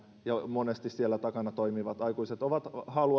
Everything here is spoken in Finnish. monesti siellä takana toimivat aikuiset haluavat